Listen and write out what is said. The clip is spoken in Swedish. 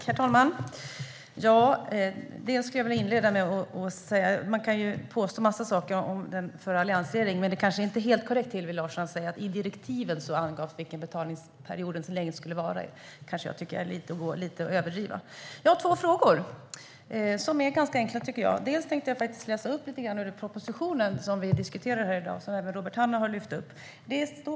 Herr talman! Man kan påstå en massa saker om den förra alliansregeringen, men det är kanske inte helt korrekt att säga att det i direktiven angavs vilken betalningsperiodens längd skulle vara. Det är lite överdrivet. Jag har två enkla frågor till Hillevi Larsson. Jag ska läsa upp något ur propositionen som vi diskuterar i dag och som även Robert Hannah har lyft upp.